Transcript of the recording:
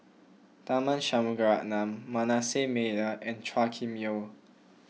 Tharman Shanmugaratnam Manasseh Meyer and Chua Kim Yeow